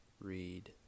read